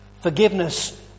Forgiveness